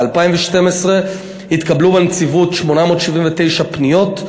ב-2012 התקבלו בנציבות 879 פניות,